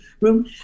room